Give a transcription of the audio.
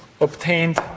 obtained